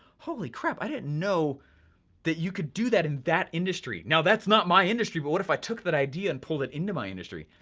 holy crap, i didn't know that you could do that in that industry. now that's not my industry, but what if i took that idea and pulled it into my industry?